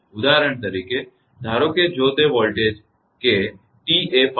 ઉદાહરણ તરીકે ધારો કે જો તે વોલ્ટેજ છે કે t એ 5